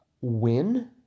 Win